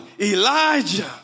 Elijah